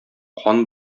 кан